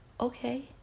okay